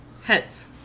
Heads